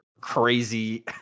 crazy